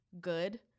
good